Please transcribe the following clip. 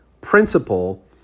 principle